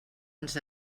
ens